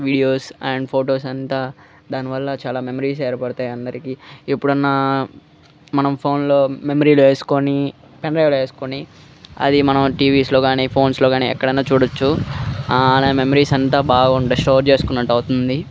videos and photos అంతా దానివల్ల చాలా మెమరీస్ ఏర్పడతాయి అందరికీ ఎప్పుడన్నా మనం ఫోన్లో మెమరీలో వేసుకొని పెన్ డ్రైవ్లో వేసుకొని అది మనం టీవీస్లో కానీ ఫోన్స్లో కానీ ఎక్కడైనా చూడవచ్చు అలా మెమరీస్ అంతా బాగుండే స్టోర్ చేసుకున్నట్టు అవుతుంది